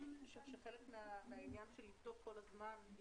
שחלק מהעניין הוא לבדוק כל הזמן.